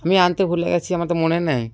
আমি আনতে ভুলে গিয়েছি আমার তো মনে নেই